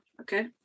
Okay